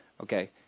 Okay